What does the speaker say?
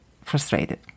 frustrated